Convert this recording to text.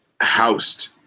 housed